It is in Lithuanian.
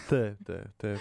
taip taip taip